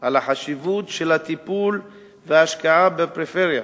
על החשיבות של הטיפול וההשקעה בפריפריה.